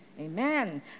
Amen